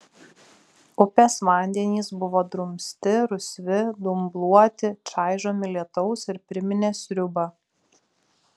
upės vandenys buvo drumsti rusvi dumbluoti čaižomi lietaus ir priminė sriubą